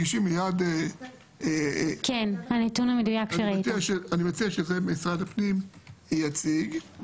אני מציע שאת זה משרד הפנים יציג.